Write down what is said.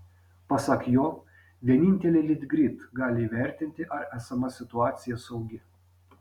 pasak jo vienintelė litgrid gali įvertinti ar esama situacija saugi